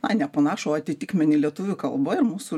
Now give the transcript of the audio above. na nepanašų o atitikmenį lietuvių kalba ir mūsų